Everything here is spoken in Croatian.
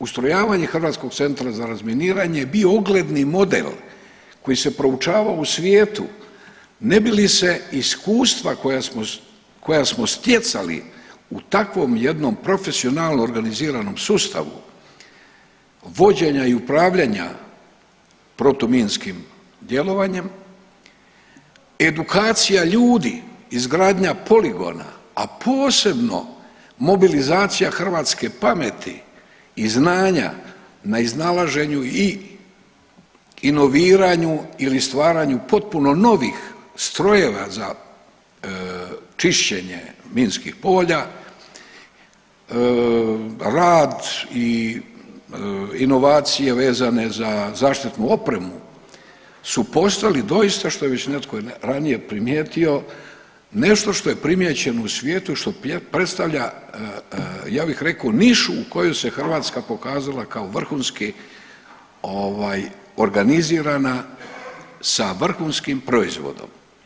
Ustrojavanje Hrvatskog centra za razminiranje je bio ogledni model koji se proučavao u svijetu ne bi li se iskustva koja smo, koja smo stjecali u takvom jednom profesionalno organiziranom sustavu, vođenja i upravljanja protuminskim djelovanje, edukacija ljudi, izgradnja poligona, a posebno mobilizacija hrvatske pameti i znanja na iznalaženju i inoviranju ili stvaranju potpuno novih strojeva za čišćenje minskih polja, rad i inovacije vezane za zaštitnu opremu su postali doista što je već netko ranije primijetio nešto što je primijećeno u svijetu i što predstavlja ja bih rekao nišu u kojoj se Hrvatska pokazala kao vrhunski ovaj organizirana sa vrhunskim proizvodom.